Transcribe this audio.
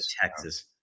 Texas